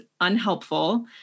unhelpful